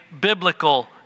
biblical